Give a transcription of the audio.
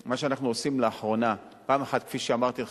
מה שאנחנו עושים לאחרונה: כפי שאמרתי לך,